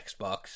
Xbox